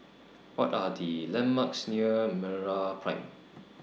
What Are The landmarks near Meraprime